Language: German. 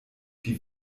die